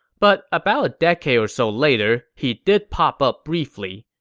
but about a decade or so later, he did pop up briefly.